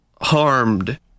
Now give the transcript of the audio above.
harmed